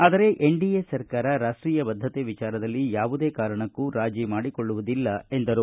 ಆದರೆ ಎನ್ಡಿಎ ಸರ್ಕಾರ ರಾಷ್ವೀಯ ಬದ್ದತೆ ವಿಚಾರದಲ್ಲಿ ಯಾವುದೇ ಕಾರಣಕ್ಕೂ ರಾಜಿ ಮಾಡಿಕೊಳ್ಳುವುದಿಲ್ಲ ಎಂದರು